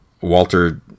Walter